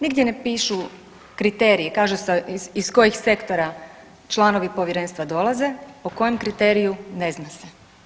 Nigdje ne pišu kriteriji, kaže se iz kojih sektora članovi povjerenstva dolaze, o kojem kriteriju ne zna se.